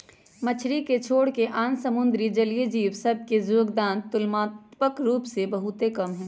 मछरी के छोरके आन समुद्री जलीय जीव सभ के जोगदान तुलनात्मक रूप से बहुते कम हइ